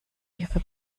ihre